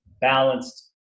balanced